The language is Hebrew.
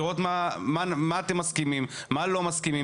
לראות מה אתם מסכימים ומה לא מסכימים,